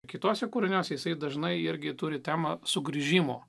kituose kūriniuose jisai dažnai irgi turi temą sugrįžimo